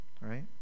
Right